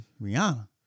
Rihanna